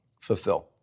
fulfill